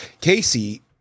Casey